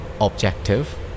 objective